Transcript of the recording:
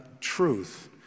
truth